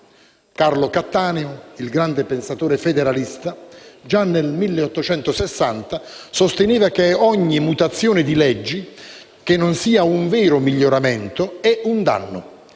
Carlo Cattaneo, il grande pensatore federalista, già nel 1860 sosteneva che «Ogni mutazione di leggi, che non sia un vero miglioramento, è un danno;